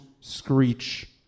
screech